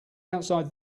outside